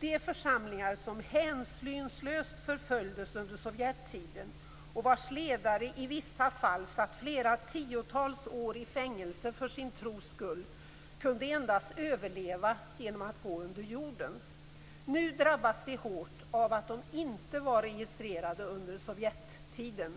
De församlingar som hänsynslöst förföljdes under Sovjettiden och vars ledare i vissa fall satt flera tiotals år i fängelse för sin tros skull kunde endast överleva genom att gå under jorden. Nu drabbas de hårt av att de på grund av denna förföljelse inte var registrerade under Sovjettiden.